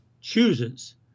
chooses